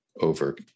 over